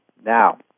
Now